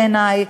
בעיני.